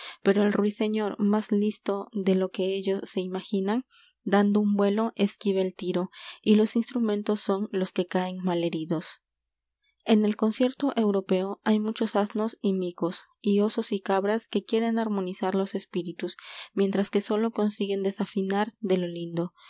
pero el ruiseñor m á s listo de lo que ellos se imaginan dando un vuelo esquiva el tiro y los instrumentos son los que caen mal heridos en el concierto europeo hay muchos asnos y micos y osos y cabras que quieren armonizar ios espíritus mientras que sólo consiguen desafinar de lo lindo